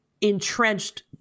entrenched